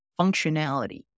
functionality